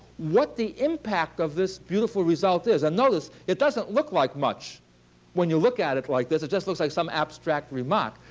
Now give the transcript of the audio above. what the impact of this beautiful result is and notice, it doesn't look like much when you look at it like this. it just looks like some abstract remark.